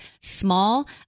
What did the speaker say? Small